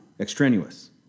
Extraneous